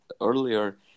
earlier